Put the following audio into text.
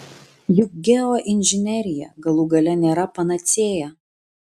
juk geoinžinerija galų gale nėra panacėja